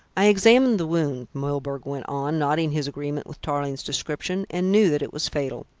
i examined the wound, milburgh went on, nodding his agreement with tarling's description, and knew that it was fatal.